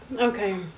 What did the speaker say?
Okay